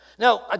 Now